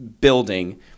building